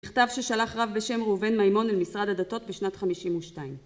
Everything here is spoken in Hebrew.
מכתב ששלח רב בשם ראובן מימון למשרד הדתות בשנת חמישים ושתיים